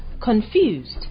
confused